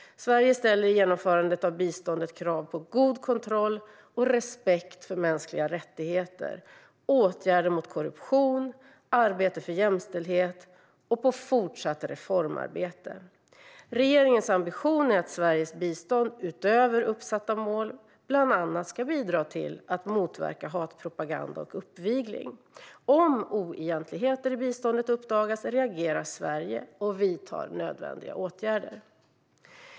Sverige ställer i genomförandet av biståndet krav på god kontroll och respekt för mänskliga rättigheter, åtgärder mot korruption, arbete för jämställdhet och fortsatt reformarbete. Regeringens ambition är att Sveriges bistånd utöver uppsatta mål bland annat ska bidra till att motverka hatpropaganda och uppvigling. Om oegentligheter i biståndet uppdagas reagerar Sverige och vidtar nödvändiga åtgärder.